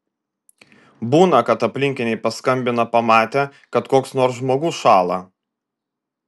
būna kad aplinkiniai paskambina pamatę kad koks nors žmogus šąla